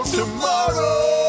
tomorrow